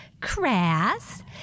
crass